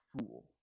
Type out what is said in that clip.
fool